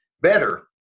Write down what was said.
better